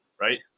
Right